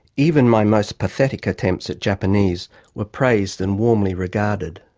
even my most pathetic attempts at japanese were praised and warmly regarded!